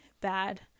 bad